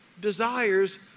desires